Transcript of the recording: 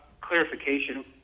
clarification